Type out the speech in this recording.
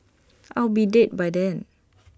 I'll be dead by then